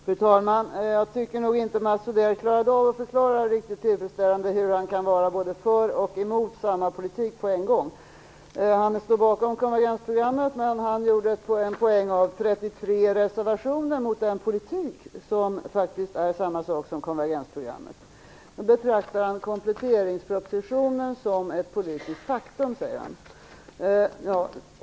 Fru talman! Jag tycker nog inte att Mats Odell klarade av att förklara riktigt tillfredsställande hur han kan vara både för och emot samma politik på en gång. Han står bakom konvergensprogrammet men han gjorde en poäng av att man har 33 reservationer mot den politik som faktiskt är liktydig med konvergensprogrammet. Han säger att han betraktar kompletteringspropositionen som ett politiskt faktum.